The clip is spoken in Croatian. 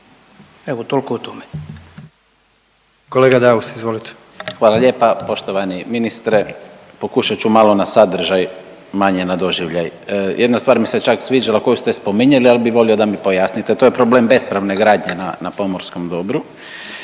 Evo, toliko o tome.